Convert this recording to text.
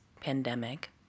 pandemic